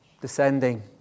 descending